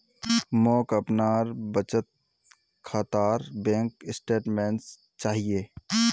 मोक अपनार बचत खातार बैंक स्टेटमेंट्स चाहिए